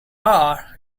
are